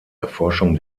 erforschung